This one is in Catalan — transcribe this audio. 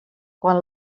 quan